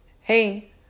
hey